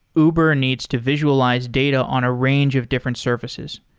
uber needs to visualize data on a range of different surfaces.